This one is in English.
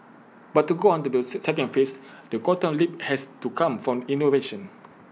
but to go on to the second phase the quantum leap has to come from innovation